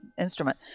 instrument